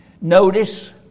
Notice